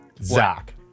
Zach